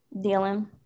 dealing